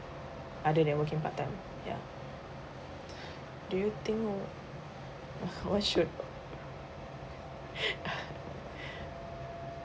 other than working part time ya do you think what should